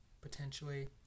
potentially